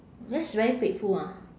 that's very faithful ah